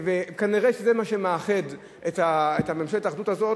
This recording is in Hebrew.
כנראה זה מה שמאחד את ממשלת האחדות הזאת,